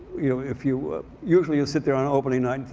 you know, if you usually you sit there on opening night